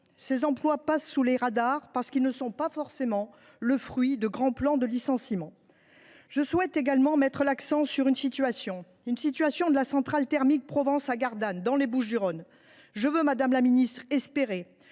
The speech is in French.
Ces emplois passent sous les radars parce qu’ils ne sont pas forcément le fruit de grands plans de licenciement. Je souhaite également mettre l’accent sur la situation de la centrale thermique de Provence, à Gardanne dans les Bouches du Rhône. J’ose espérer, madame la ministre,